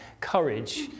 courage